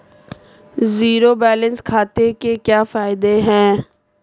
Zero balance खाते के क्या फायदे हैं?